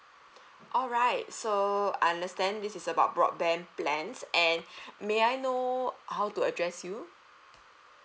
alright so I understand this is about broadband plans and may I know how to address you